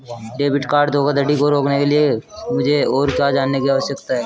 Debit card धोखाधड़ी को रोकने के लिए मुझे और क्या जानने की आवश्यकता है?